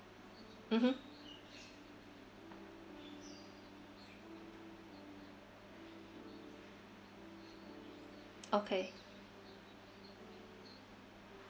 mmhmm okay